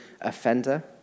offender